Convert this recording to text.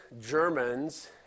Germans